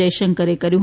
જયશંકરે કર્યું